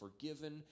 forgiven